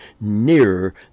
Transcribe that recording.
nearer